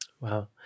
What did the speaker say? Wow